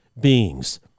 beings